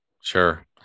Sure